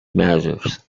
matters